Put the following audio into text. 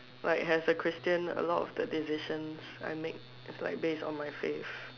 like as a Christian a lot of the decisions I make is like based on my faith